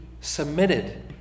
submitted